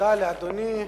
תודה לאדוני.